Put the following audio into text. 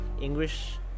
English